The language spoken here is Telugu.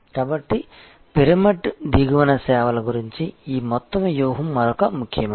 కాబట్టి పిరమిడ్ దిగువన సేవల గురించి ఈ మొత్తం వ్యూహం మరొక ముఖ్యమైనది